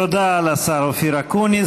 תודה לשר אופיר אקוניס.